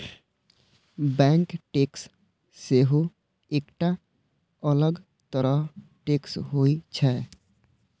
bank tax सेहो एकटा अलग तरह टैक्स होइ छै